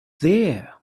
there